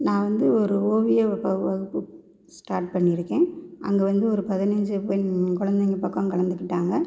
நான் வந்து ஒரு ஓவிய வகுப்பு ஸ்டார்ட் பண்ணியிருக்கேன் அங்கே வந்து ஒரு பதினஞ்சு பெண் குழந்தைங்கள் பக்கம் கலந்துக்கிட்டாங்க